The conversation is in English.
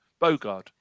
Bogard